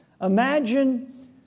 Imagine